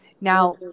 Now